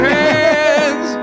hands